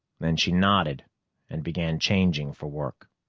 then she nodded and began changing for work.